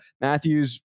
Matthews